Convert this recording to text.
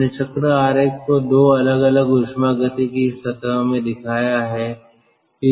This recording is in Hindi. मैंने चक्र आरेख को दो अलग अलग ऊष्मागतिकी सतह में दिखाया है